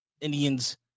Indians